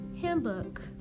Handbook